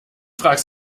fragst